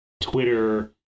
Twitter